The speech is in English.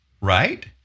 right